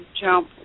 jump